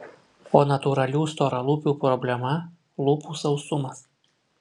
o natūralių storalūpių problema lūpų sausumas